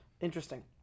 interesting